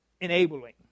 enabling